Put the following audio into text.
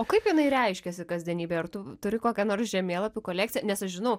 o kaip jinai reiškiasi kasdienybėj ar tu turi kokią nors žemėlapių kolekciją nes aš žinau